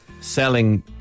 selling